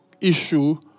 issue